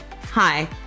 Hi